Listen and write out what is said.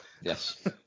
Yes